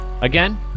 Again